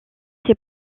ses